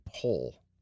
pull